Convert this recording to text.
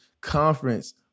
Conference